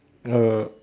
uh